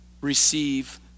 receive